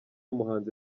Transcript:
muhanzi